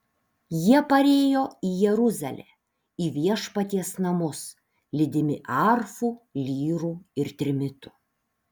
jie parėjo į jeruzalę į viešpaties namus lydimi arfų lyrų ir trimitų